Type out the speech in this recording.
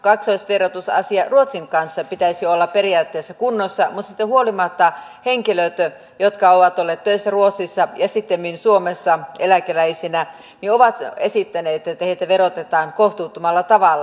tämän kaksoisverotusasian ruotsin kanssa pitäisi olla periaatteessa kunnossa mutta siitä huolimatta henkilöt jotka ovat olleet töissä ruotsissa ja sittemmin suomessa eläkeläisinä ovat esittäneet että heitä verotetaan kohtuuttomalla tavalla